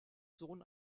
sohn